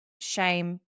shame